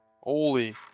Holy